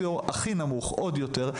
ובסוציו הכי נמוך עוד יותר,